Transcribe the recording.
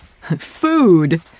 food